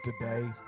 today